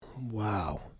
Wow